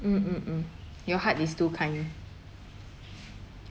mm mm mm your heart is too kind